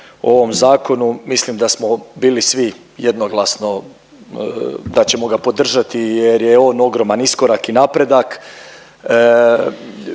o ovom zakonu mislim da smo bili svi jednoglasno da ćemo ga podržati jer je on ogroman iskorak i napredak.